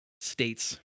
states